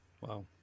Wow